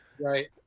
Right